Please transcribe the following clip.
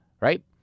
right